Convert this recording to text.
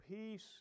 peace